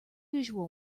usual